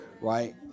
right